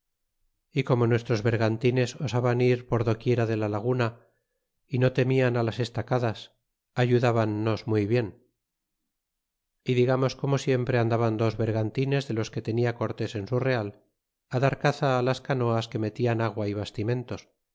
y como nuestros bergantines osaban ir por do quiera de la laguna y ternian las estacadas ayudbannos muy bien y digamos como siempre andaban dos bergantines de los que tenia cortés en su real dar caza las canoas que metian agua y bastimentas